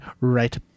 right